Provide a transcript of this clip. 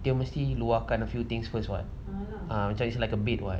dia mesti luar kan few things first [what] ah just like a bait [what]